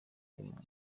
y’umuntu